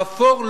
האפור,